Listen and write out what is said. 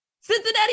Cincinnati